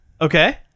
Okay